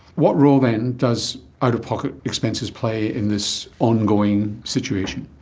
what role then does out-of-pocket expenses play in this ongoing situation?